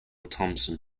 thompson